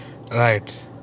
Right